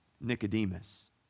Nicodemus